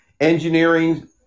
engineering